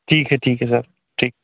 ठीक है ठीक है सर ठीक